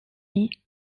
day